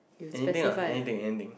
anything ah anything anything